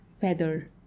feather